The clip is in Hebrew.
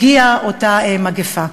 הגיעה אותה מגפה.